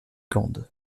gand